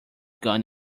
gone